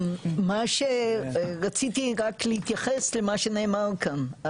מה שרציתי רק להתייחס למה שנאמר כאן,